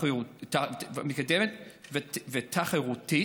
מתקדמת ותחרותית,